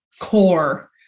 core